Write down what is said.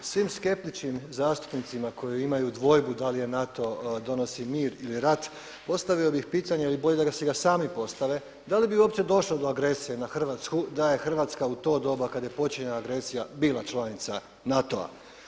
Svim skeptičnim zastupnicima koji imaju dvojbu da li NATO donosi mir ili rat, postavio bi pitanje, ali bolje da si ga sami postave, da li bi uopće došlo do agresije na Hrvatsku da je Hrvatska u to doba kada je počela agresija bila članica NATO-a.